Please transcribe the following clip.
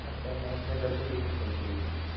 अच्छा नाइट में दस बजे तक खुलती है